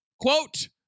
Quote